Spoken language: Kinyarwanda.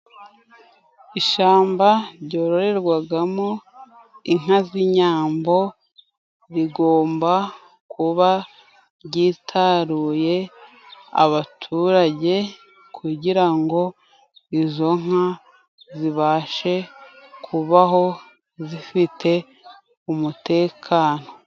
Ishamba ryororerwagamo inka z'inyambo rigomba kuba ryitaruye abaturage kugira ngo izo nka zibashe kubaho zifite umutekano.